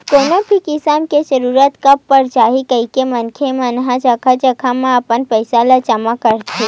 कोनो भी किसम के जरूरत कब पर जाही कहिके मनखे मन ह जघा जघा म अपन पइसा ल जमा करथे